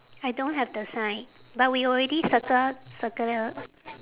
I don't have the sign but we already circle circle the